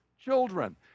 children